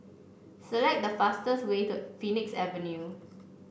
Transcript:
select the fastest way to Phoenix Avenue